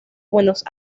buenos